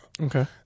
Okay